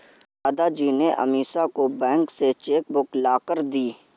दादाजी ने अमीषा को बैंक से चेक बुक लाकर दी